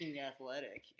athletic